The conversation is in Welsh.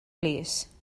plîs